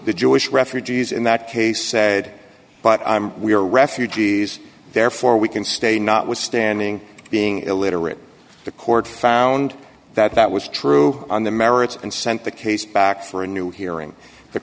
the jewish refugees in that case said but i'm we are refugees therefore we can stay not withstanding being illiterate the court found that that was true on the merits and sent the case back for a new hearing the